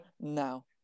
now